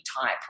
type